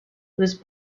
was